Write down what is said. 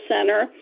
Center